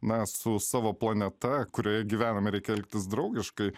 na su savo planeta kurioje gyvename reikia elgtis draugiškai